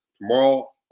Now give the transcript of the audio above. Tomorrow